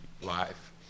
life